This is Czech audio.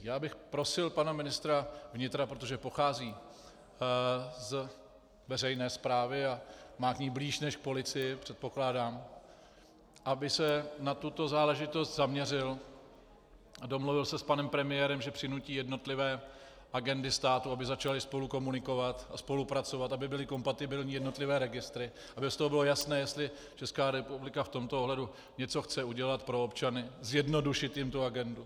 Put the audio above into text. Já bych prosil pana ministra vnitra, protože pochází z veřejné správy a má k ní blíž než k policii, předpokládám, aby se na tuto záležitost zaměřil a domluvil se s panem premiérem, že přinutí jednotlivé agendy státu, aby spolu začaly komunikovat a spolupracovat, aby byly kompatibilní jednotlivé registry, aby z toho bylo jasné, jestli Česká republika v tomto ohledu něco chce udělat pro občany, zjednodušit jim tu agendu.